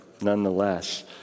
nonetheless